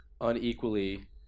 unequally